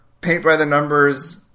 paint-by-the-numbers –